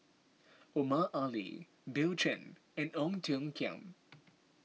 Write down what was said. Omar Ali Bill Chen and Ong Tiong Khiam